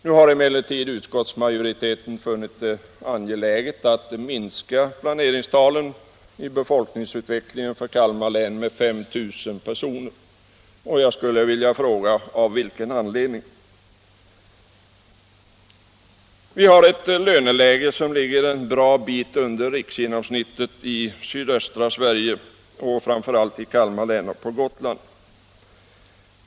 Nu har emellertid utskottsmajoriteten funnit det angeläget att minska planeringstalen i befolkningsutvecklingen för Kalmar län med 5 000 personer, och jag skulle vilja fråga: Av vilken anledning? Vi har ett löneläge som ligger en bra bit under riksgenomsnittet i sydöstra Sverige och framför allt i Kalmar län och på Gotland.